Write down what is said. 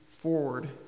forward